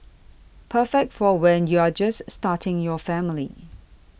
perfect for when you're just starting your family